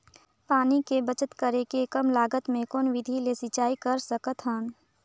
पानी के बचत करेके कम लागत मे कौन विधि ले सिंचाई कर सकत हन?